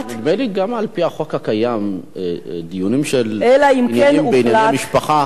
נדמה לי שגם על-פי החוק הקיים דיונים בענייני משפחה,